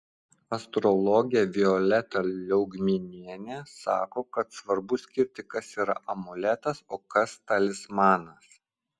astrologė violeta liaugminienė sako kad svarbu skirti kas yra amuletas o kas talismanas